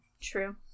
true